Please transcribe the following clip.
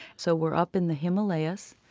so, we're up in the himalayas,